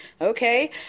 Okay